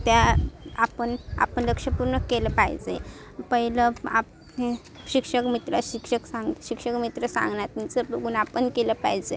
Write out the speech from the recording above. त्या आपण आपण लक्ष पूर्ण केलं पाहिजे पहिलं आपण हे शिक्षक मित्र शिक्षक सांग शिक्षक मित्र सांगणार त्यांचं बघून आपण केलं पाहिजे